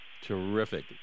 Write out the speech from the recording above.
Terrific